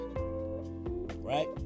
right